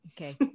Okay